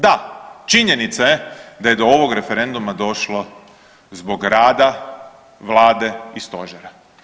Da, činjenica je da je do ovog referenduma došlo zbog rada vlade i stožera.